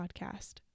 podcast